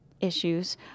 issues